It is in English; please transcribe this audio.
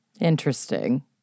Interesting